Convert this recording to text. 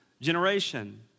generation